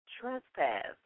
Trespass